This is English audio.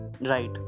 Right